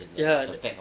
ya